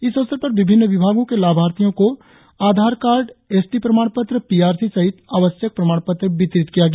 इस अवसर पर विभिन्न विभागो के लाभार्थियो को आधार कार्ड एस टी प्रमाण पत्र पी आर सी सहित आवश्यक प्रमाण पत्र वितरित किया गया